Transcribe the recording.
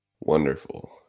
wonderful